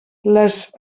les